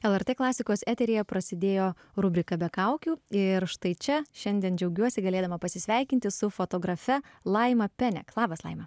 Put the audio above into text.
lrt klasikos eteryje prasidėjo rubrika be kaukių ir štai čia šiandien džiaugiuosi galėdama pasisveikinti su fotografe laima penek labas laima